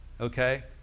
okay